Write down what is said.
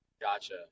gotcha